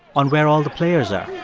on where all the players are,